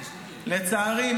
לצערי,